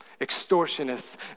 extortionists